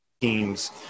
teams